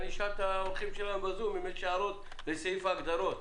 אשאל את האורחים שלנו בזום אם יש הערות לסעיף ההגדרות.